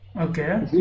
Okay